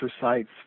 sites